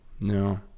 no